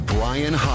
Brian